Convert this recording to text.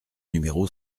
numéro